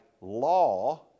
law